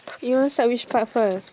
you want start which part first